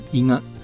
ingat